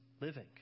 living